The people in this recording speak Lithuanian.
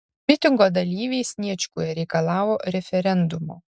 mitingo dalyviai sniečkuje reikalavo referendumo